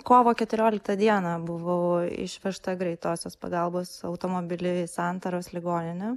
kovo keturioliktą dieną buvau išvežta greitosios pagalbos automobiliu į santaros ligoninę